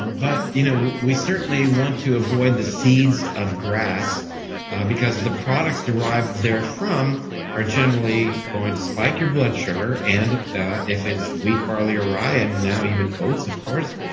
um but you know we certainly want to avoid the seeds of grass because the products derived therefrom are generally going to spike your blood sugar and if it's wheat, barley or rye and now even oats, of course,